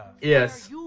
Yes